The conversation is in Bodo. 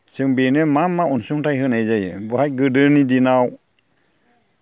जों बेनो मा मा अनसुंथाइ होनाय जायो बहाय गोदोनि दिनाव